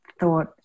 thought